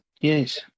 yes